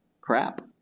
crap